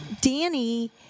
Danny